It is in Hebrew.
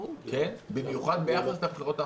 כן, במיוחד ביחס לבחירות הקודמות.